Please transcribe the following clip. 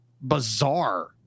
bizarre